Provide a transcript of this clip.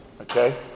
Okay